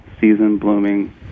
season-blooming